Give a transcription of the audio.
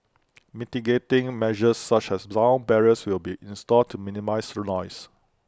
mitigating measures such as long barriers will be installed to minimise noise